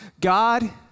God